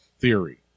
theory